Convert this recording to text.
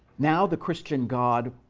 now the christian god